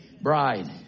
Bride